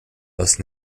must